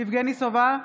יבגני סובה,